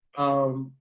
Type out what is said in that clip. um,